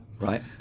Right